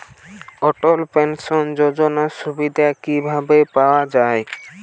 অটল pension যোজনার সুবিধা কি ভাবে পাওয়া যাবে?